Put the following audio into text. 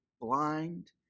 blind